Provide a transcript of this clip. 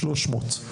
300,